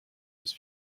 his